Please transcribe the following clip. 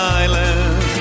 island